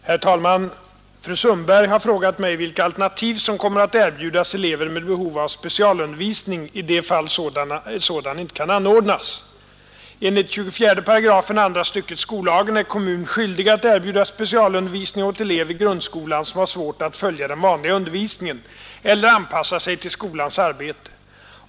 Herr talman! Fru Sundberg har frågat mig vilka alternativ som kommer att erbjudas elever med behov av specialundervisning i de fall sådan inte kan anordnas. Enligt 24 § andra stycket skollagen är kommun skyldig att erbjuda specialundervisning åt elev i grundskolan, som har svårt att följa den vanliga undervisningen eller anpassa sig till skolans arbete.